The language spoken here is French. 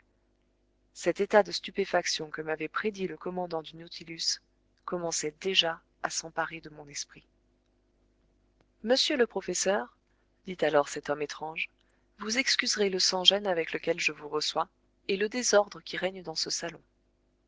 cet état de stupéfaction que m'avait prédit le commandant du nautilus commençait déjà à s'emparer de mon esprit monsieur le professeur dit alors cet homme étrange vous excuserez le sans-gêne avec lequel je vous reçois et le désordre qui règne dans ce salon